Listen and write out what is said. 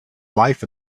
life